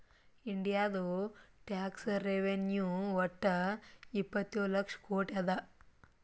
ಇಂಡಿಯಾದು tax revenue ವಟ್ಟ ಇಪ್ಪತ್ತೇಳು ಲಕ್ಷ ಕೋಟಿ ಅದಾ